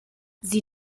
sie